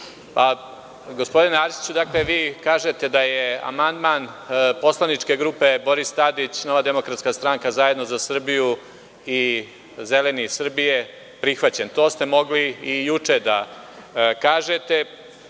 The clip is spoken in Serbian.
Gospodine Arsiću, vi kažete da je amandman Poslaničke grupe Boris Tadić – Nova demokratska stranka – Zajedno za Srbiju – Zeleni Srbije prihvaćen. To ste mogli i juče da kažete.